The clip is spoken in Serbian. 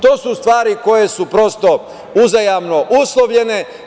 To su stvari koje su prosto uzajamno uslovljene.